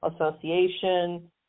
Association